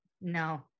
No